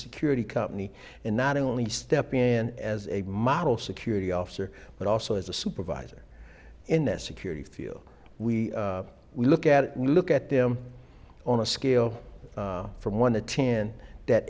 security company and not only step in as a model security officer but also as a supervisor in this security field we will look at look at them on a scale from one to ten that